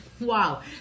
wow